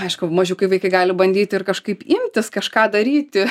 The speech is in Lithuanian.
aišku mažiukai vaikai gali bandyti ir kažkaip imtis kažką daryti